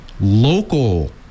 local